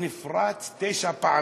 הוא נפרץ תשע פעמים.